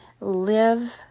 Live